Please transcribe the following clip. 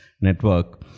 network